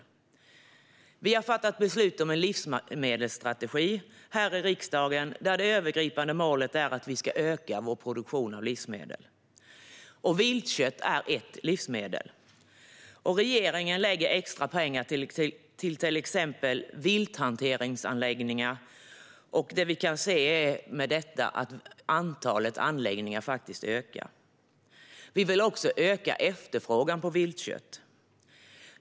Vi har här i riksdagen fattat beslut om en livsmedelsstrategi där det övergripande målet är att vi ska öka vår produktion av livsmedel, och viltkött är ett livsmedel. Regeringen lägger extra pengar exempelvis till vilthanteringsanläggningar, och det vi kan se är att antalet aktiva anläggningar faktiskt ökar. Vi vill också öka efterfrågan på viltkött.